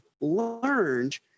learned